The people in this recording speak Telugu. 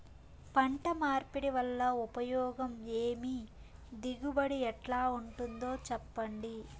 పంట మార్పిడి వల్ల ఉపయోగం ఏమి దిగుబడి ఎట్లా ఉంటుందో చెప్పండి?